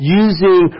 using